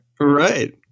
Right